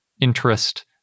interest